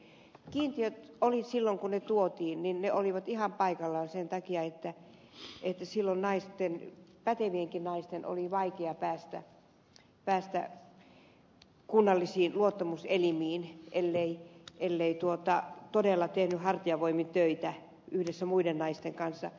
kiintiöt olivat silloin kun ne tuotiin ihan paikallaan sen takia että silloin pätevienkin naisten oli vaikea päästä kunnallisiin luottamuselimiin ellei todella tehnyt hartiavoimin töitä yhdessä muiden naisten kanssa